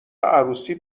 عروسی